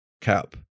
Cap